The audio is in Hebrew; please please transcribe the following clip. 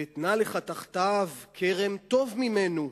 ואתנה לך תחתיו כרם טוב ממנו.